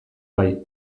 bai